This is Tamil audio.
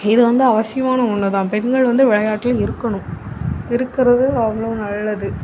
இது வந்து அவசியமான ஒன்றுதான் பெண்கள் வந்து வெளையாட்டுல இருக்கணும் இருக்கிறது அவ்வளோ நல்லது